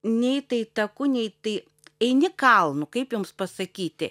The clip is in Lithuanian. nei tai taku nei tai eini kalnu kaip jums pasakyti